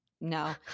no